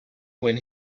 when